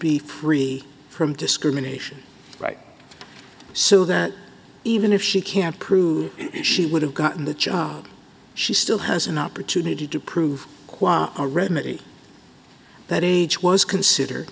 be free from discrimination right so that even if she can't prove that she would have gotten the job she still has an opportunity to prove a remedy that age was considered